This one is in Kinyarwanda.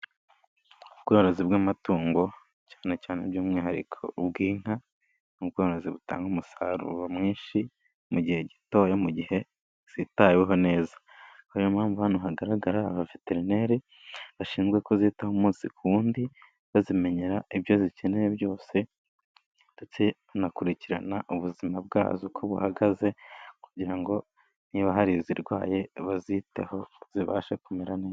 Ubworozi bw'amatungo cyane cyane by'umwihariko ubw'inka ni ubworozi butanga umusaruro mwinshi mu gihe gitoya mu gihe zitaweho neza. Hari ahantu hagaragara abaveterineri bashinzwe kuzitaho umwe ku wundi, bazimenyera ibyo zikeneye byose ndetse anakurikirana ubuzima bwazo uko buhagaze kugira ngo niba hari izirwaye baziteho zibashe kumera neza.